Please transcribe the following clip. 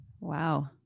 Wow